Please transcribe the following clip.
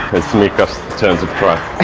miikka's turn to try